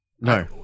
No